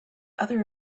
other